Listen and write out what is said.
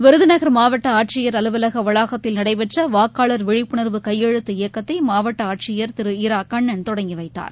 விருதுநகர் மாவட்ட ஆட்சியர் அலுவலக வளாகத்தில் நடைபெற்ற வாக்காளர் விழிப்புணர்வு கையெழுத்து இயக்கத்தை மாவட்ட ஆட்சியர் திரு இரா கண்ணன் தொடங்கி வைத்தார்